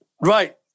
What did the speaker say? Right